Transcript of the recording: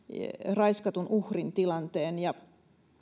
raiskatun uhrin tilanteen ja